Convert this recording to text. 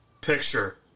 picture